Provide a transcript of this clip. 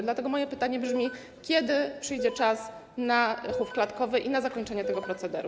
Dlatego moje pytanie brzmi: Kiedy przyjdzie czas na chów klatkowy i na zakończenie tego procederu?